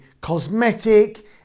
cosmetic